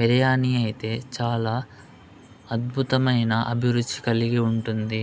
బిర్యాని అయితే చాలా అద్భుతమైన అభిరుచి కలిగి ఉంటుంది